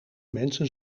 mensen